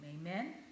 Amen